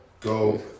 go